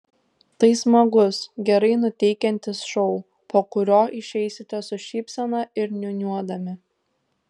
tai smagus gerai nuteikiantis šou po kurio išeisite su šypsena ir niūniuodami